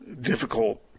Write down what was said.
difficult